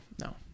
no